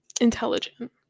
Intelligent